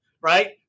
right